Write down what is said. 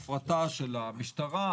הפרטה של המשטרה,